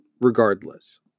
regardless